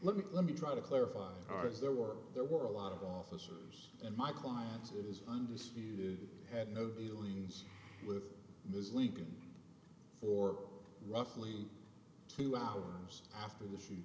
let me let me try to clarify are there were there were a lot of officers in my clients it is understated had no dealings with ms levy or roughly two hours after the